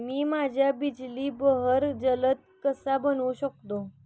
मी माझ्या बिजली बहर जलद कसा बनवू शकतो?